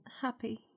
happy